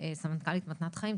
סמנכ"לית מתנת חיים,